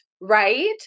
right